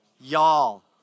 y'all